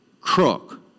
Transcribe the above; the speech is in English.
crook